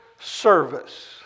service